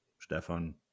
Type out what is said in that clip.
Stefan